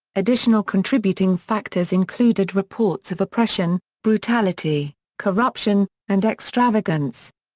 additional contributing factors included reports of oppression, brutality, corruption, and extravagance.